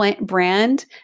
brand